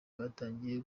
batangiye